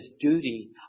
duty